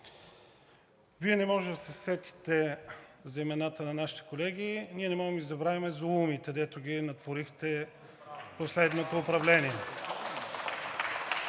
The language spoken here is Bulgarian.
Вие не можете да се сетите за имената на нашите колеги – ние не можем да Ви забравим зулумите, дето ги натворихте в последното управление.